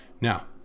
Now